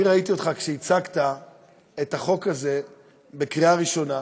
ראיתי אותך כשהצגת את החוק הזה בקריאה ראשונה,